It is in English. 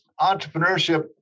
entrepreneurship